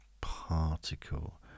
particle